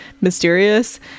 mysterious